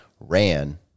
ran